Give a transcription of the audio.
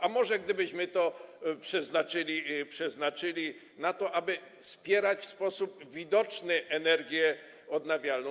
A może gdybyśmy to przeznaczyli na to, aby wspierać w sposób widoczny energię odnawialną.